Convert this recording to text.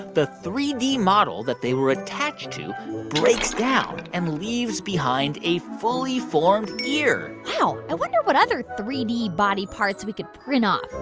the three d model that they were attached to breaks down and leaves behind a fully formed ear wow. i wonder what other three d body parts we could print up.